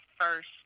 first